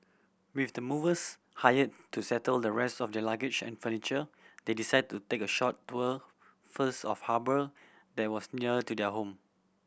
with the movers hire to settle the rest of their luggage and furniture they decided to take a short tour first of harbour that was near to their home